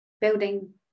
building